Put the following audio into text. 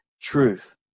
truth